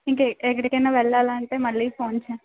ఇంకా ఎక్కడకి అయినా వెళ్ళాలి అంటే మళ్ళీ ఫోన్ చేయండి